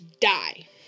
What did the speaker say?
die